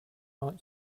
like